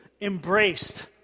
embraced